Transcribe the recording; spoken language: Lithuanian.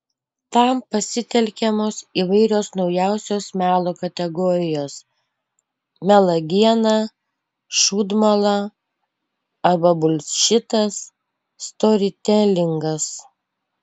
tam pasitelkiamos įvairios naujausios melo kategorijos melagiena šūdmala arba bulšitas storytelingas